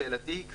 שאלתי היא כזאת: